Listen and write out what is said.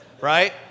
right